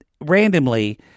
randomly